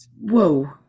whoa